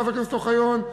חבר הכנסת אוחיון,